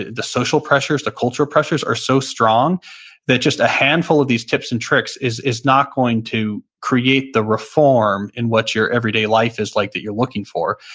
the social pressures, the cultural pressures are so strong that just a handful of these tips and tricks is is not going to create the reform in what your everyday life is like that you're looking for.